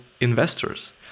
investors